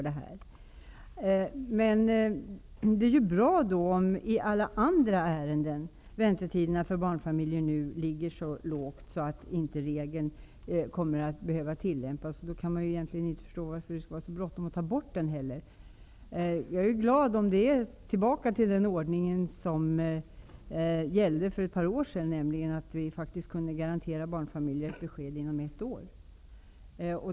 Det är dock bra om väntetiderna för barnfamiljer i alla andra ärenden är så korta att regeln inte behöver tillämpas. I så fall är det dock svårt att förstå varför det skall vara så bråttom med att ta bort den. Jag skulle vara glad om vi fick tillbaka den ordning som gällde för ett par år sedan, nämligen att vi kunde garantera barnfamiljer besked inom ett år.